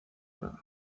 grado